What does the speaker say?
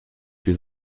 viel